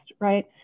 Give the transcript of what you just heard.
right